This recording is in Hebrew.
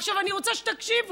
עכשיו אני רוצה שתקשיבו,